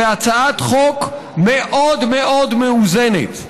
בהצעת חוק מאוד מאוד מאוזנת.